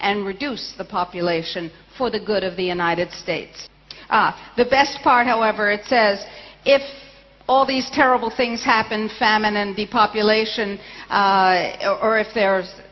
and reduce the population for the good of the united states the best part however it says if all these terrible things happen famine and the population or if there